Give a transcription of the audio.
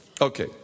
Okay